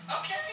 Okay